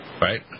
right